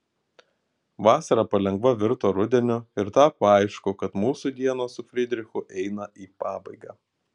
vasara palengva virto rudeniu ir tapo aišku kad mūsų dienos su fridrichu eina į pabaigą